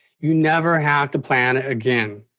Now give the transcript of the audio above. you never have to plant it again,